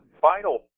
final